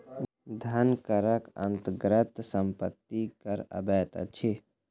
धन करक अन्तर्गत सम्पत्ति कर अबैत अछि